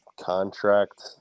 contract